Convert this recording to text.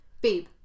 Babe